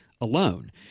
alone